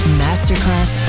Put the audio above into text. masterclass